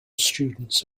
students